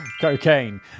cocaine